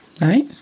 Right